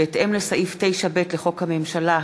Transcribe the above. בהתאם לסעיף 9(ב) לחוק הממשלה,